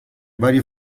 varie